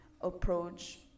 approach